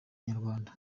inyarwanda